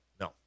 No